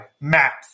maps